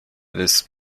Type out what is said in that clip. des